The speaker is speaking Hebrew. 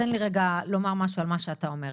תן לי רגע לומר משהו על מה שאתה אומר.